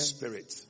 Spirit